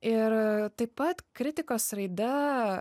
ir taip pat kritikos raida